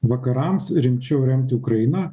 vakarams rimčiau remti ukrainą